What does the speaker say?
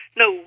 no